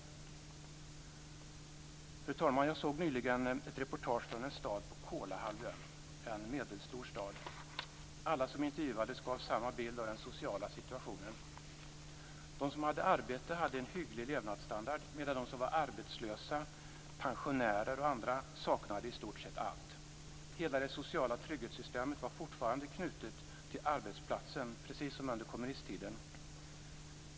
Fru talman! Jag såg nyligen ett reportage från en stad på Kolahalvön. Det var en medelstor stad. Alla som intervjuades gav samma bild av den sociala situationen. De som hade arbete hade en hygglig levnadsstandard, medan de som var arbetslösa eller pensionärer i stort sett saknade allt. Hela det sociala trygghetssystemet var fortfarande knutet till arbetsplatsen, precis som under kommunisttiden.